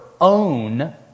own